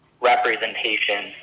representation